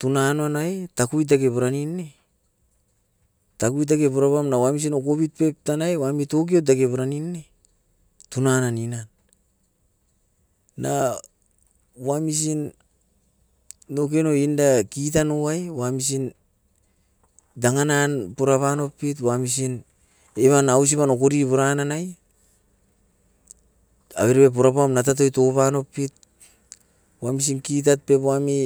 tunan noan nai takuite bipuranin ne, takuitake purapam na wamsin okobit pep tanai wami tukio deke puranin ne, tunan nan nina. Na wamsin nokenoi inda kitan owai wamsin dangan nan purapanopit wamsin evan ausipan okori puran nanai, avere purapam natatoit ouvanopit wamsin kitat pep wami